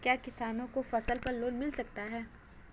क्या किसानों को फसल पर लोन मिल सकता है?